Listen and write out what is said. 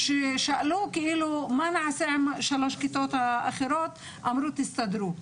כששאלו "מה נעשה עם השלוש כיתות האחרות?" אמרו "תסתדרו".